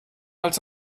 als